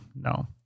No